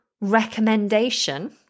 recommendation